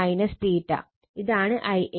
ഇതാണ് Ia